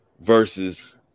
versus